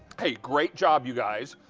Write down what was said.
hey, great job, you guys.